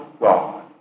God